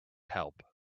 help